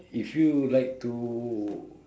if you like to